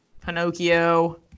Pinocchio